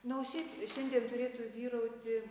na o šiaip šiandien turėtų vyrauti